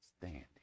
standing